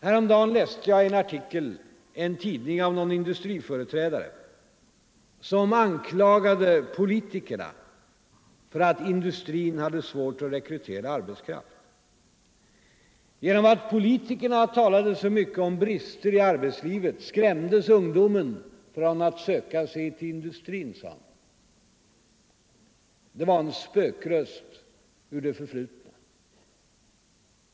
Häromdagen läste jag i en tidning en artikel av någon industriföreträdare som anklagade politikerna för att industrin hade svårt att rekrytera arbetskraft. Genom att politikerna talade så mycket om brister i arbetslivet skrämdes ungdomen från att söka sig till industrin, sade han. Det var en spökröst ur det förflutna.